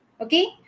Okay